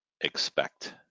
expect